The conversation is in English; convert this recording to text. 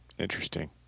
Interesting